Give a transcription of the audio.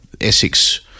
Essex